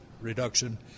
reduction